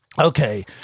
Okay